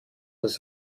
das